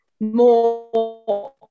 more